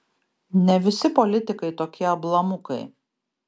ne visi politikai tokie ablamukai